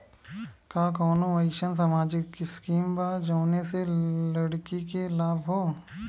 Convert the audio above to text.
का कौनौ अईसन सामाजिक स्किम बा जौने से लड़की के लाभ हो?